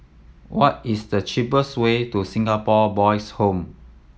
what is the cheapest way to Singapore Boys' Home